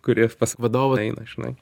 kuris pas vadovą eina žinai